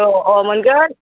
अ अ मोनगोन